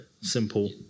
Simple